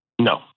No